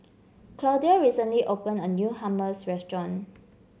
Claudia recently opened a new Hummus restaurant